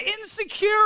insecure